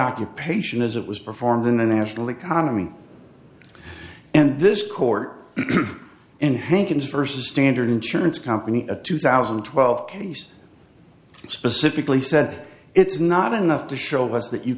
occupation as it was performed in the national economy and this court in hankins versus standard insurance company a two thousand and twelve case it specifically said it's not enough to show us that you